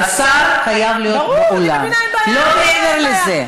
איילת, לכל מי שבחוץ, מה הבעיה עם זה.